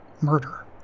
murder